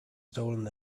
stolen